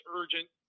urgent